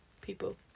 people